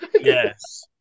Yes